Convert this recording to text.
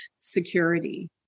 security